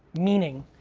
meaning,